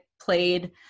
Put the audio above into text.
played